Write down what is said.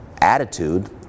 attitude